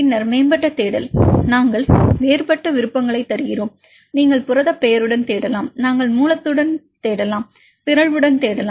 பின்னர் மேம்பட்ட தேடல் நாங்கள் வேறுபட்ட விருப்பங்களைத் தருகிறோம் நீங்கள் புரதப் பெயருடன் தேடலாம் நீங்கள் மூலத்துடன் தேடலாம் பிறழ்வுடன் தேடலாம்